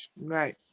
Right